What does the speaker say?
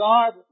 God